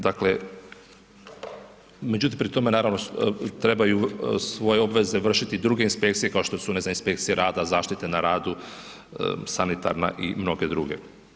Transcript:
Dakle, međutim pri tome naravno trebaju svoje obveze vršiti i druge inspekcije kao što su, ne znam, inspekcije rada, zaštite na radu, sanitarna i mnoge druge.